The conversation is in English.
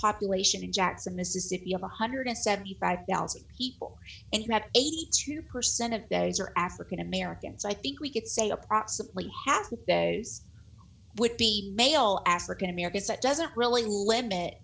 population in jackson mississippi of one hundred and seventy five thousand people and that eighty two percent of days are african americans i think we could say approximately half days would be male african americans that doesn't really limit